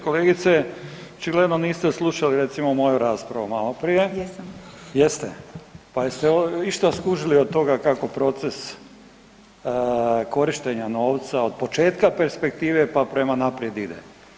Kolegice, očigledno niste slušali recimo moju raspravu malo prije [[Upadica: Jesam.]] jeste, pa jeste išta skužili od toga kako proces korištenja novca od početka perspektive pa prema naprijed ide.